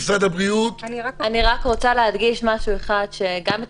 אני רק רוצה להגיד משהו אחד שגם את